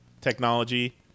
technology